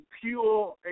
pure